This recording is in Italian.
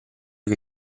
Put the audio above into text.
che